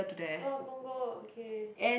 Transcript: no ah punggol okay